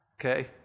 Okay